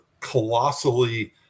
colossally